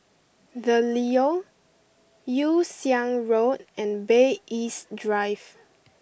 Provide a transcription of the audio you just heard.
the Leo Yew Siang Road and Bay East Drive